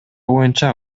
боюнча